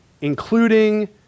including